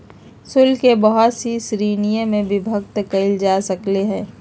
शुल्क के बहुत सी श्रीणिय में विभक्त कइल जा सकले है